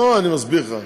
לא, אני מסביר לך.